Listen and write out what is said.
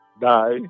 die